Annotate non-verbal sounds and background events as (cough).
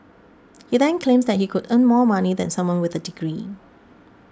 (noise) he then claims that he could earn more money than someone with a degree